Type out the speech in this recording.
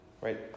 Right